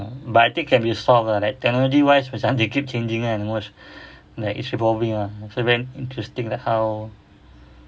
but I think can be solved ah like technology wise macam they keep changing kan most like it's probably ah I feel very interesting like how